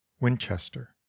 Winchester